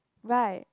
right